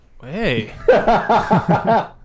Hey